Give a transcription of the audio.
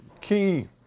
key